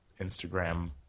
Instagram